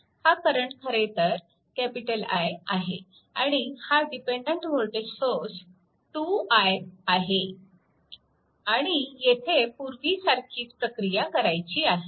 हा करंट खरेतर I आहे आणि हा डिपेन्डन्ट वोल्टेज सोर्स 2I आहे आणि येथे पूर्वीसारखीच प्रक्रिया करायची आहे